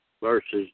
versus